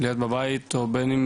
להיות בבית או בין אם